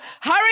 Hurry